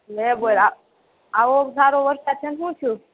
લે બોલ આ આવો સારો વરસાદ છે ને હું થયું